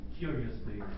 curiously